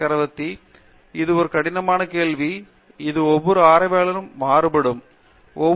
சக்ரவர்த்தி இது ஒரு கடினமான கேள்வி இது ஒவ்வொரு ஆய்வாளருக்கு மாறுபடும